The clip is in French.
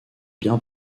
bien